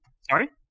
Sorry